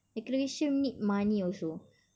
decoration need money also